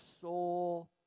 soul